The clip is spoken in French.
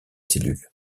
cellules